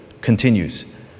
continues